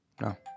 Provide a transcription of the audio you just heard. No